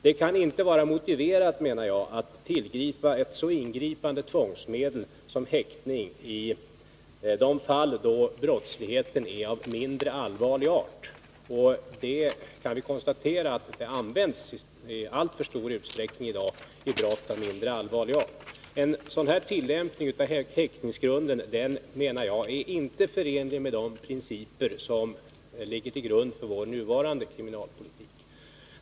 Det kan inte vara motiverat att tillgripa ett så ingripande tvångsmedel som häktning i de fall då brottsligheten är av mindre allvarlig art. Vi kan konstatera att den i dag används i alltför stor utsträckning vid brott av mindre allvarlig art. En sådan tillämpning av häktningsgrunden är enligt min mening inte förenlig med de principer som ligger till grund för vår nuvarande 75 kriminalpolitik.